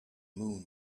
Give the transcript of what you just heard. moon